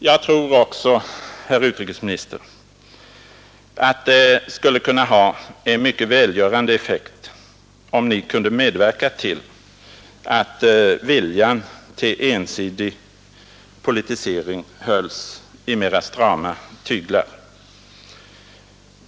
Jag tror också, herr utrikesminister, att det skulle kunna ha en mycket välgörande effekt, om Ni kunde medverka till att viljan till ensidig politisering hölls i mera strama tyglar.